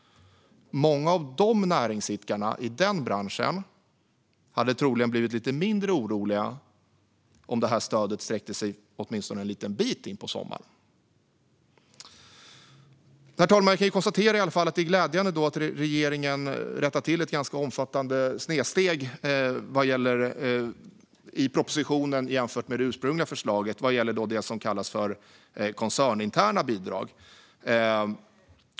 Många av näringsidkarna i den branschen hade troligen blivit lite mindre oroliga om stödet sträckt sig åtminstone en liten bit in på sommaren. Herr talman! Jag kan i alla fall konstatera att det är glädjande att regeringen i propositionen jämfört med det ursprungliga förslaget rättat till ett ganska omfattande snedsteg vad gäller det som kallas koncerninterna bidrag.